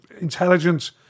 intelligence